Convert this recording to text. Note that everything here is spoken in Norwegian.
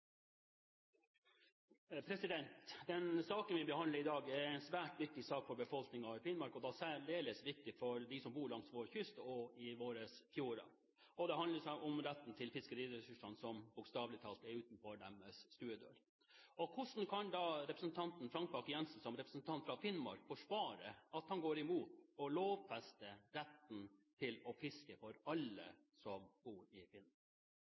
en svært viktig sak for befolkningen i Finnmark, og da særdeles viktig for dem som bor langs vår kyst og i våre fjorder. Det handler om retten til fiskeriressursene, som bokstavelig talt er utenfor deres stuedører. Hvordan kan representanten Frank Bakke-Jensen, som representant fra Finnmark, forsvare at han går imot å lovfeste retten til å fiske for alle som bor i